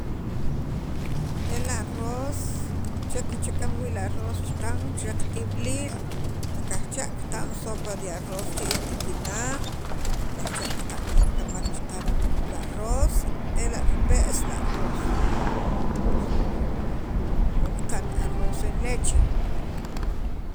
el arroz che kichakan wii' li arroz chaqan che qatib'iliil nikaj cha' qab'an sopa de arroz chi'iil qakinaq' o kajcha' ka'n laktamal che arroz ela' ripe's li arroz o qa'n arroz en leche.